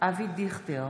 אבי דיכטר,